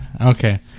Okay